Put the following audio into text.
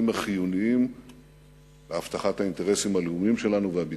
החיוניים להבטחת האינטרסים הלאומיים שלנו והביטחון.